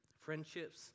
friendships